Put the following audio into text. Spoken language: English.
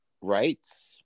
rights